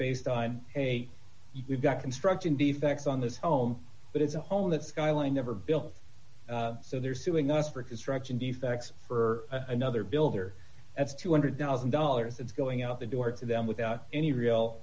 based on a we've got construction defects on this home but it's a home that skyline never built so they're suing us for construction defects for another builder that's two hundred thousand dollars it's going out the door to them without any real